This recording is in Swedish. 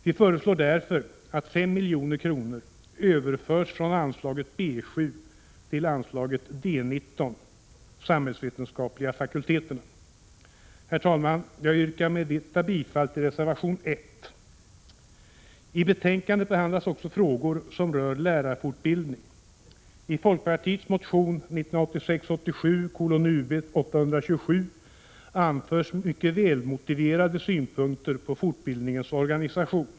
Vi föreslår därför att 5 milj.kr. överförs från anslaget B 7 till anslaget D 19, Samhällsvetenskapliga fakulteterna. Herr talman! Jag yrkar med detta bifall till reservation 1. I betänkandet behandlas också frågor som rör lärarfortbildning. I folkpartiets motion 1986/87:Ub827 anförs mycket välmotiverade synpunkter på fortbildningens organisation.